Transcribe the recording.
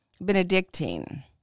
Benedictine